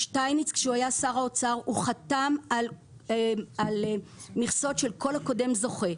שטייניץ כשהיה שר האוצר הוא חתם על מכסות של כל הקודם זוכה,